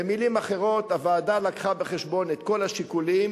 במלים אחרות, הוועדה לקחה בחשבון את כל השיקולים